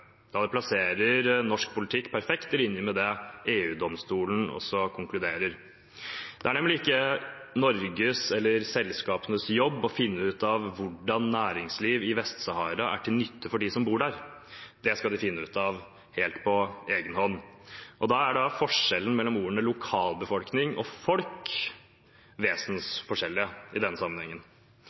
da det plasserer norsk politikk perfekt i linje med det EU-domstolen også konkluderer. Det er nemlig ikke Norges eller selskapenes jobb å finne ut av hvordan næringsliv i Vest-Sahara er til nytte for dem som bor der. Det skal de finne ut av helt på egen hånd. Det er i denne sammenheng vesensforskjell mellom ordene «lokalbefolkning» og